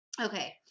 Okay